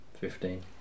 fifteen